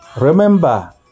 Remember